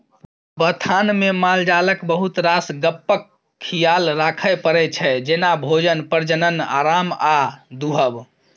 बथानमे मालजालक बहुत रास गप्पक खियाल राखय परै छै जेना भोजन, प्रजनन, आराम आ दुहब